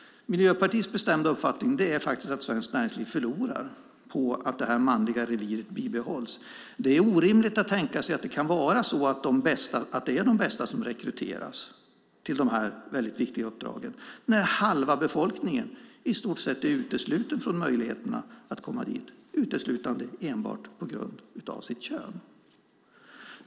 Miljöpartiets bestämda uppfattning är att svenskt näringsliv förlorar på att detta manliga revir bibehålls. Det kan orimligt vara så att de bästa rekryteras till dessa så viktiga uppdrag när halva befolkningen i stort sett är utesluten från möjligheten att komma i dit enbart på grund av sitt kön.